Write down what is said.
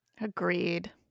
Agreed